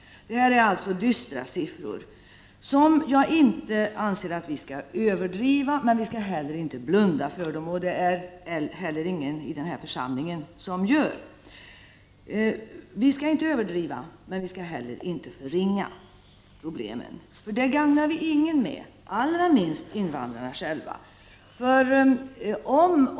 Detta är alltså dystra siffror, som jag inte anser att vi skall överdriva men inte heller blunda för. Och det är inte heller någon i denna församling som gör det. Vi skall alltså inte överdriva men inte heller förringa problemen; det gagnar vi nämligen ingen med, allra minst invandrarna själva.